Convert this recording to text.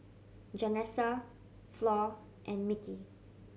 Janessa Flor and Mickey